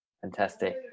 Fantastic